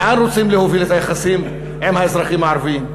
לאן רוצים להוביל את היחסים עם האזרחים הערבים?